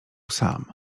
sam